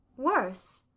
worse?